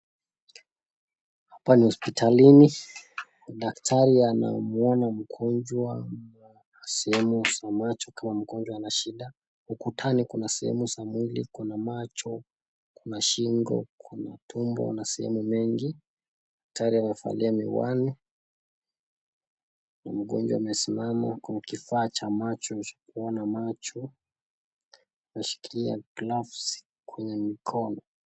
Hapa ni hospitalini. Daktari anamuona mgonjwa sehemu za macho kama mgonjwa ana shida. Ukutani kuna sehemu za mwili, kuna macho, kuna shingo, kuna tumbo na sehemu mengi. Daktari amevaa miwani. Mgonjwa amesimama kwa kifaa cha kuona macho. Anashikilia gloves kwenye mikono.